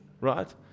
right